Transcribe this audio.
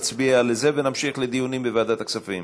נצביע על זה ונמשיך לדיונים בוועדת הכספים.